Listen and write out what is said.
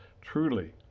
truly